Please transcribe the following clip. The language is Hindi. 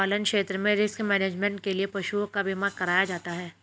पशुपालन क्षेत्र में रिस्क मैनेजमेंट के लिए पशुओं का बीमा कराया जाता है